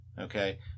okay